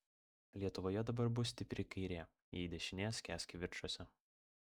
lietuvoje dabar bus stipri kairė jei dešinė skęs kivirčuose